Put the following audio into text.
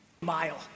mile